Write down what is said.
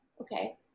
Okay